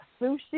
sushi